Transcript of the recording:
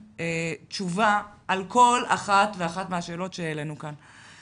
תשובה על כל אחת ואחת מהשאלות שהעלינו כאן.